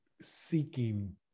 seeking